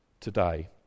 today